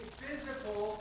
physical